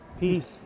Peace